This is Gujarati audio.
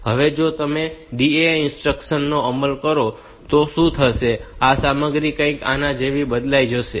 હવે જો તમે DAA ઇન્સ્ટ્રક્શન નો અમલ કરો તો શું થશે કે આ સામગ્રી કંઈક આના જેવી બદલાઈ જશે